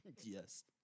Yes